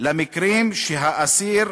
למקרים שהאסיר,